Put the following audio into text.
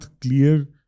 clear